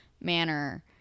manner